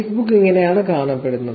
Facebook ഇങ്ങനെയാണ് കാണപ്പെടുന്നത്